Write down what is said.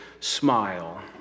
smile